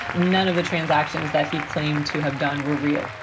none of the transactions that he claimed to have done were real.